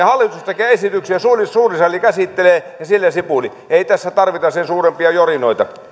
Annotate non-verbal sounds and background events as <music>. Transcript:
hallitus tekee esityksiä suuri sali käsittelee ja sillä sipuli ei tässä tarvita sen suurempia jorinoita <unintelligible>